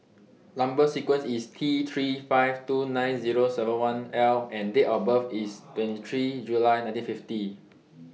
Number sequence IS T three five two nine Zero seven one L and Date of birth IS twenty three July nineteen fifty